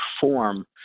perform